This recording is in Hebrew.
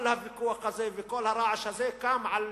כל הוויכוח הזה, וכל הרעש הזה קם על